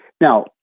Now